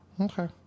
Okay